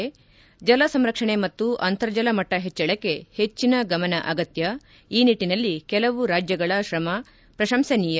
ಜಲಸಂರಕ್ಷಣೆ ಮತ್ತು ಅಂತರ್ಜಲ ಮಟ್ಟ ಹೆಚ್ಟಳಕ್ಕೆ ಹೆಚ್ಚಿನ ಗಮನ ಅಗತ್ಯ ಈ ನಿಟ್ಟನಲ್ಲಿ ಕೆಲವು ರಾಜ್ಯಗಳ ತ್ರಮ ಪ್ರಶಂಸನೀಯ